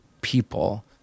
people